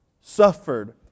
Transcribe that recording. suffered